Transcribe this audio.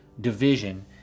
division